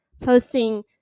posting